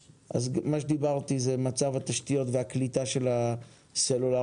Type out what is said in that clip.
דיברתי על מצב התשתיות והקליטה של הסלולר